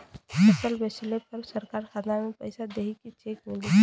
फसल बेंचले पर सरकार खाता में पैसा देही की चेक मिली?